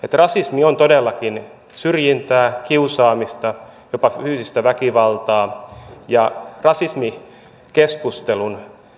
että rasismi on todellakin syrjintää kiusaamista jopa fyysistä väkivaltaa ja rasismikeskustelun